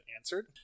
answered